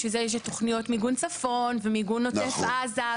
בשביל זה יש את תוכניות מיגון צפון ומיגון עוטף עזה.